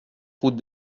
route